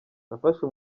nafashe